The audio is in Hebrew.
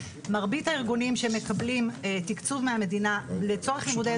מרבית הארגונים שמקבלים תקצוב מהמדינה לצורך לימודי